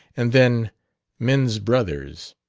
and then men's brothers.